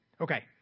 Okay